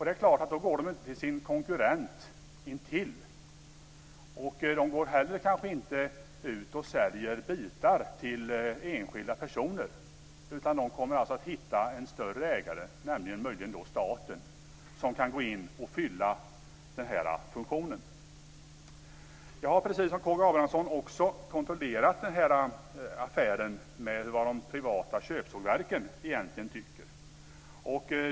Det är klart att de då inte går till sin konkurrent intill. De går kanske inte heller ut och säljer bitar till enskilda personer, utan de kommer att hitta en större ägare, möjligen staten, som kan gå in och fylla den här funktionen. Jag har precis som K G Abramsson också kontrollerat den här affären med vad de privata köpsågverken egentligen tycker.